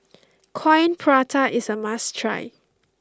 Coin Prata is a must try